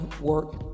work